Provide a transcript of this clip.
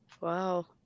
Wow